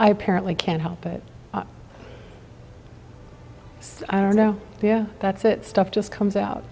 i apparently can't help it i don't know yeah that's that stuff just comes out